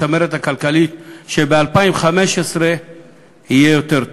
והצמרת הכלכלית שב-2015 יהיה יותר טוב.